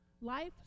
life